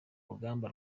ruganda